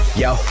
yo